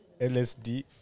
LSD